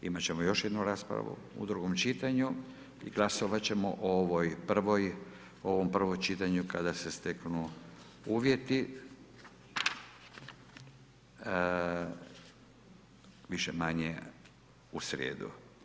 Imati ćemo još jednu raspravu u drugom čitanju i glasovati ćemo o ovoj prvoj, o ovom prvom čitanju kada se steknu uvjeti, više-manje u srijedu.